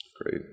Great